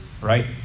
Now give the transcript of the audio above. right